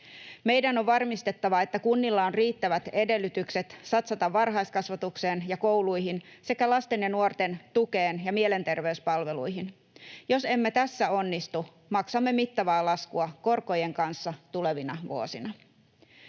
Meidän on varmistettava, että kunnilla on riittävät edellytykset satsata varhaiskasvatukseen ja kouluihin sekä lasten ja nuorten tukeen ja mielenterveyspalveluihin. Jos emme tässä onnistu, maksamme mittavaa laskua korkojen kanssa tulevina vuosina.